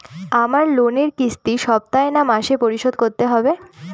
আমার লোনের কিস্তি সপ্তাহে না মাসে পরিশোধ করতে হবে?